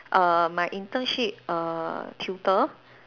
err my internship err tutor